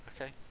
okay